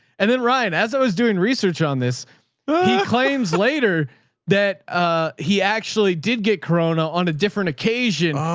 and then ryan, as i was doing research on this claims later that ah he actually did get corona on a different occasion.